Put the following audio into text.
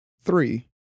Three